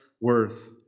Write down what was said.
worth